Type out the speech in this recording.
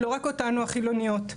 לא רק אותנו החילוניות,